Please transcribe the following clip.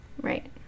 Right